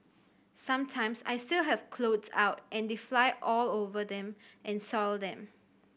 sometimes I still have clothes out and they fly all over them and soil them